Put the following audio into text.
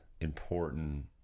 important